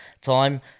time